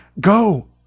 Go